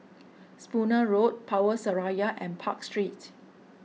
Spooner Road Power Seraya and Park Street